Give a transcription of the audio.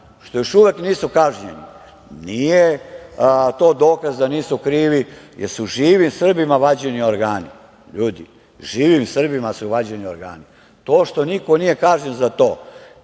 Tači još uvek nisu kažnjeni, nije dokaz da nisu krivi, jer su živim Srbima vađeni organi. Ljudi, živim Srbima su vađeni organi. To što niko nije kažnjen za to